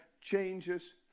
changes